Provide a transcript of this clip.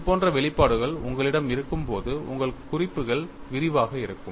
இது போன்ற வெளிப்பாடுகள் உங்களிடம் இருக்கும்போது உங்கள் குறிப்புகள் விரிவாக இருக்கும்